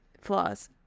flaws